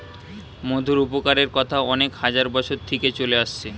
মধুর উপকারের কথা অনেক হাজার বছর থিকে চলে আসছে